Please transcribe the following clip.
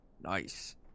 Nice